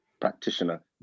practitioner